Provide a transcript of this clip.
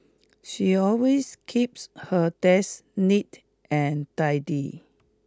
she always keeps her desk neat and tidy